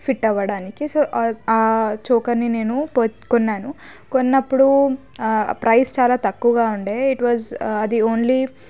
fit అవ్వడానికి so ఆ చోకర్ని నేను కొన్నాను కొన్నప్పుడు ప్రైస్ చాలా తక్కువగా ఉండే ఇట్ వాజ్ అది ఓన్లీ